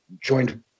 joined